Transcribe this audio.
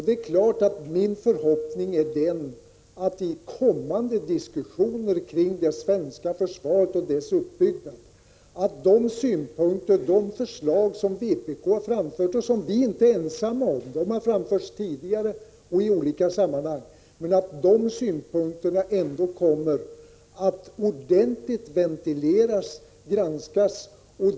Det är klart att min förhoppning är att de synpunkter och förslag som vpk framfört och som vi inte är ensamma om — de har framförts tidigare och i olika sammanhang -— vid kommande diskussioner kring det svenska försvaret och dess uppbyggnad kommer att ordentligt ventileras och granskas.